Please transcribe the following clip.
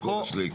עם כל השלייקס.